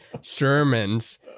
sermons